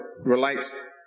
relates